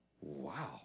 Wow